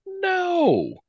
no